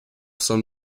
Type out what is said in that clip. some